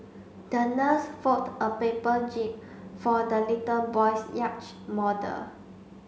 the nurse fold a paper jib for the little boy's yacht model